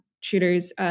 shooters